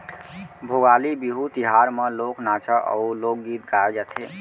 भोगाली बिहू तिहार म लोक नाचा अउ लोकगीत गाए जाथे